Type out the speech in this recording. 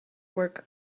work